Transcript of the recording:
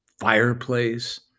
fireplace